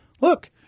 look